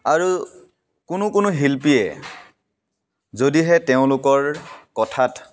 আৰু কোনো কোনো শিল্পীয়ে যদিহে তেওঁলোকৰ কথাত